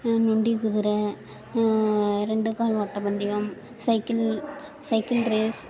நொண்டி குதிரை ரெண்டு கால் ஓட்டப்பந்தயம் சைக்கிள் சைக்கிள் ரேஸ்